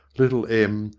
little em,